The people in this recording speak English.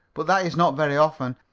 but that is not very often.